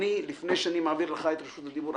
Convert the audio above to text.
לפני שאני מעביר לך את רשות הדיבור,